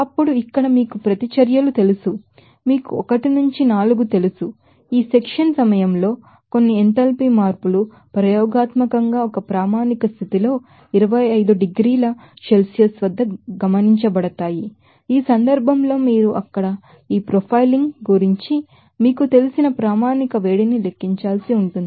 ఇప్పుడు ఇక్కడ మీకు ప్రతిచర్యలు తెలుసు మీకు 1 నుంచి 4 తెలుసు ఈ సెక్షన్ సమయంలో కొన్ని ఎంథాల్పీ మార్పులు ప్రయోగాత్మకంగా ఒక స్టాండర్డ్ కండిషన్లో 25 డిగ్రీల సెల్సియస్ వద్ద గమనించబడతాయి ఈ సందర్భంలో మీరు అక్కడ ఈ ప్రొఫైలింగ్ గురించి మీకు తెలిసిన స్టాండర్డ్ హీట్ని లెక్కించాల్సి ఉంటుంది